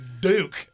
duke